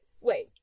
Wait